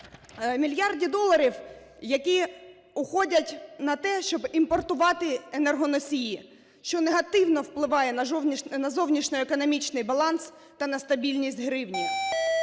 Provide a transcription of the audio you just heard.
мільярди доларів, які уходять на те, щоб імпортувати енергоносії, що негативно впливає на зовнішньоекономічний баланс та на стабільність гривні.